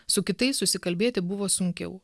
su kitais susikalbėti buvo sunkiau